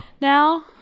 now